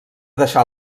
deixar